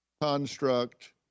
construct